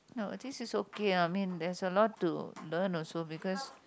no this is okay ah I mean there's a lot to learn also because